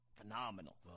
phenomenal